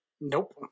Nope